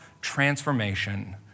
transformation